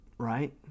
Right